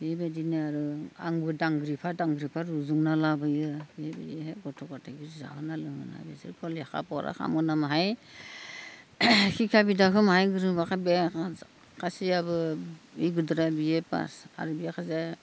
बेबायदिनो आरो आंबो दांग्रिफा दांग्रिफा रुजुनना लाबोयो बेबायदिहाय गथ' गथायखौ जाहोना लोंहोना बिसोरखौ लेखा फरा खालामहोना माहाय सिख्खा बिदाखौ माहाय गोजौ खालामबाय बे सासेयाबो बे गोदोरा बि ए फास आरो बियो सासे